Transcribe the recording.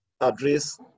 address